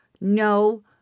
no